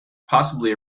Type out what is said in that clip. possibly